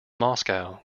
moscow